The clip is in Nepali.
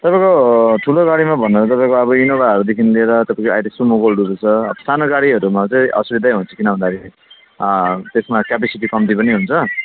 तपाईँको ठुलो गाडीमा भन्नाले तपाईँको इनोभाहरूदेखिन् लिएर तपाईँको अहिले सुमो गोल्डहरू छ साना गाडीहरूमा चाहिँ असुविधै हुन्छ किन भन्दाखेरि त्यसमा क्यापेसिटी कम्ती पनि हुन्छ